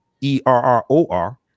E-R-R-O-R